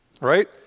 right